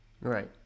Right